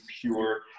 pure